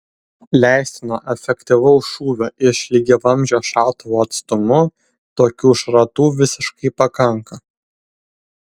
leistino efektyvaus šūvio iš lygiavamzdžio šautuvo atstumu tokių šratų visiškai pakanka